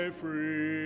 free